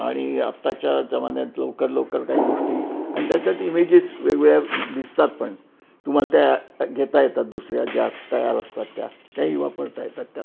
आणि आत्ताच्या जमान्यात लवकर लवकर काही गोष्टी आणि त्याच्यात इमेजेस वेगवेगळ्या दिसतात पण तुम्हाला त्या घेता येतात दुसऱ्या ज्या तयार असतात त्या त्याही वापरता येतात त्यात